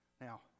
now